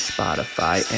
Spotify